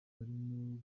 abarimo